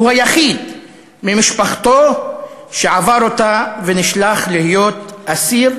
והוא היחיד ממשפחתו שעבר אותה ונשלח להיות אסיר